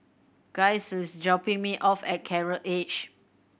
Giles is dropping me off at Coral Edge